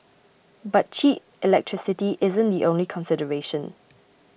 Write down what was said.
but cheap electricity isn't the only consideration